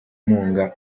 bimunga